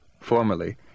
Formerly